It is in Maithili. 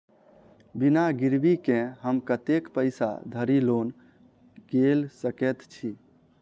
बिना गिरबी केँ हम कतेक पैसा धरि लोन गेल सकैत छी?